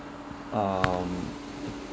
um